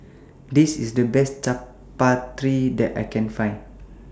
This IS The Best Chaat Papri that I Can Find